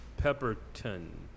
Pepperton